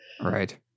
Right